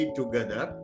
together